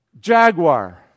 Jaguar